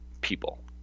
people